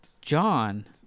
John